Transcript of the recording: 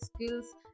skills